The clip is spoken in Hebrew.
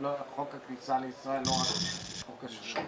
חוק הכניסה לישראל, לא רק חוק השבות,